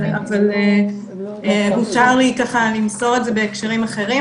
אבל מותר לי ככה למסור את זה בהקשרים אחרים,